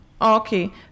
Okay